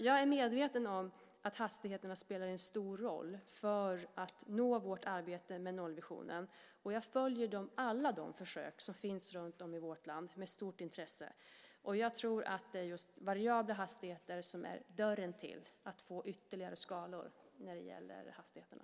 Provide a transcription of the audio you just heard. Jag är medveten om att hastigheterna spelar en stor roll i vårt arbete med nollvisionen. Jag följer alla de försök som finns runtom i vårt land med stort intresse. Jag tror att det är just variabla hastigheter som är dörren till att få ytterligare skalor när det gäller hastigheterna.